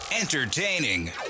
Entertaining